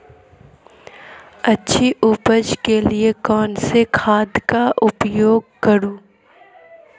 अच्छी उपज के लिए कौनसी खाद का उपयोग करूं?